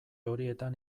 horietan